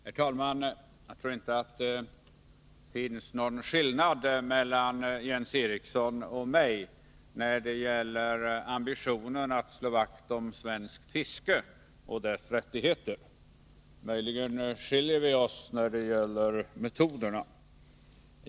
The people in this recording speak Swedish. Herr talman! Jag tror inte att det finns någon skillnad mellan Jens Eriksson och mig när det gäller ambitionen att slå vakt om svenskt fiske och dess rättigheter. Möjligen skiljer vi oss när det gäller metoderna.